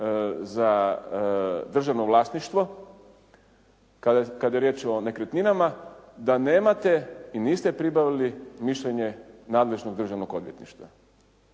za državno vlasništvo kada je riječ o nekretninama da nemate i niste pribavili mišljenje nadležnog državnog odvjetništva.